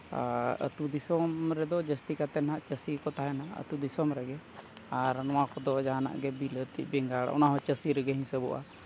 ᱟᱛᱳ ᱫᱤᱥᱚᱢ ᱨᱮᱫᱚ ᱡᱟᱹᱥᱛᱤ ᱠᱟᱛᱮ ᱦᱟᱸᱜ ᱪᱟᱹᱥᱤ ᱜᱮᱠᱚ ᱛᱟᱦᱮᱱᱟ ᱟᱛᱳ ᱫᱤᱥᱚᱢ ᱨᱮᱜᱮ ᱟᱨ ᱱᱚᱣᱟ ᱠᱚᱫᱚ ᱡᱟᱦᱟᱱᱟᱜ ᱜᱮ ᱵᱤᱞᱟᱹᱛᱤ ᱵᱮᱸᱜᱟᱲ ᱚᱱᱟ ᱦᱚᱸ ᱪᱟᱹᱥᱤ ᱨᱮᱜᱮ ᱦᱤᱥᱟᱹᱵᱚᱜᱼᱟ